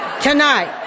tonight